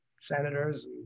senators